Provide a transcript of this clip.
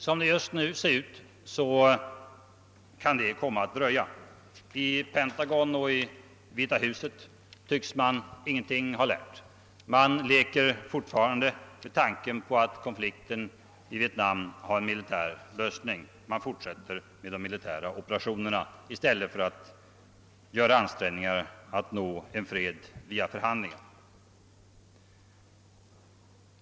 Som det just nu ser ut kan krigsslutet komma att dröja. I Pentagon och Vita huset tycks man ingenting ha lärt, där leker man fortfarande med tanken att konflikten kan få en militär lösning. Man fortsätter med de militära operationerna i stället för att anstränga sig att nå en fred via förhandlingar.